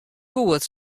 goed